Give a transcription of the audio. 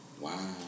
Wow